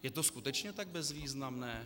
Je to skutečně tak bezvýznamné?